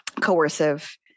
coercive